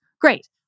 Great